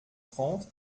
trente